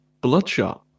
Bloodshot